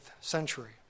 century